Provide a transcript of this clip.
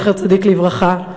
זכר צדיק לברכה,